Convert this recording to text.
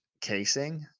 casing